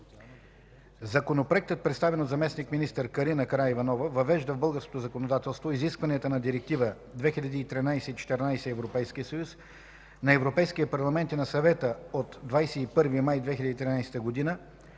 Законопроектът, представен от заместник-министър Карина Караиванова, въвежда в българското законодателство изискванията на Директива 2013/14/ЕС на Европейския парламент и на Съвета от 21 май 2013 година